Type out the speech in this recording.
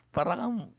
Parang